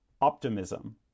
optimism